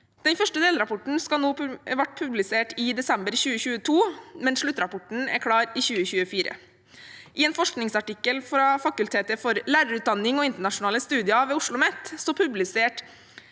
Den første delrapporten ble publisert i desember 2022, men sluttrapporten er klar i 2024. I forbindelse med en forskningsartikkel fra Fakultetet for lærerutdanning og internasjonale studier ved Oslomet publiserte